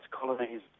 colonies